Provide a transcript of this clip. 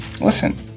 listen